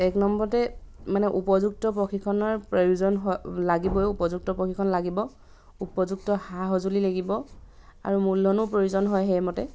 এক নম্বৰতে মানে উপযুক্ত প্ৰশিক্ষণৰ প্ৰয়োজন হয় লাগিবই উপযুক্ত প্ৰশিক্ষণ লাগিব উপযুক্ত সা সঁজুলি লাগিব আৰু মূল্যধনো প্ৰয়োজন হয় সেইমতে